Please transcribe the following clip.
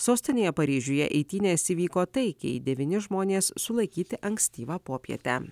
sostinėje paryžiuje eitynės įvyko taikiai devyni žmonės sulaikyti ankstyvą popietę